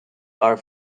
are